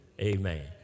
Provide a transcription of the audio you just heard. amen